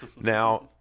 Now